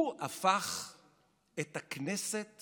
הוא הפך את הכנסת